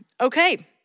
Okay